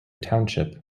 township